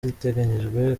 riteganyijwe